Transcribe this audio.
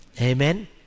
Amen